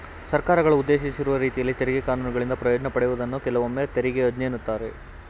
ಸರ್ಕಾರಗಳು ಉದ್ದೇಶಿಸಿರುವ ರೀತಿಯಲ್ಲಿ ತೆರಿಗೆ ಕಾನೂನುಗಳಿಂದ ಪ್ರಯೋಜ್ನ ಪಡೆಯುವುದನ್ನ ಕೆಲವೊಮ್ಮೆತೆರಿಗೆ ಯೋಜ್ನೆ ಎನ್ನುತ್ತಾರೆ